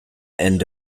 end